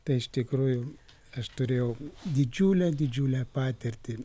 tai iš tikrųjų aš turėjau didžiulę didžiulę patirtį